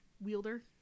wielder